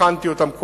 בחנתי אותם,